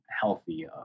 healthy